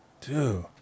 dude